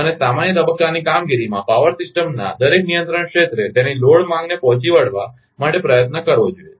અને સામાન્ય તબક્કાની કામગીરીમાં પાવર સિસ્ટમના દરેક નિયંત્રણ ક્ષેત્રે તેની લોડ માંગને પહોંચી વળવા માટે પ્રયત્ન કરવો જોઈએ